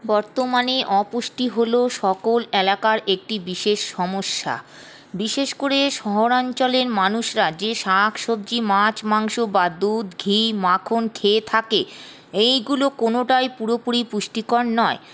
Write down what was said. বর্তমানে অপুষ্টি হল সকল এলাকার একটি বিশেষ সমস্যা বিশেষ করে শহর অঞ্চলের মানুষরা যে শাক সবজি মাছ মাংস বা দুধ ঘি মাখন খেয়ে থাকে এইগুলো কোনোটাই পুরোপুরি পুষ্টিকর নয়